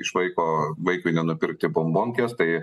iš vaiko vaikui nenupirkti bombonkės tai